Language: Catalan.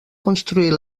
construir